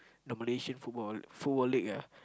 the Malaysian football football league ah